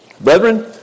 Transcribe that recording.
Brethren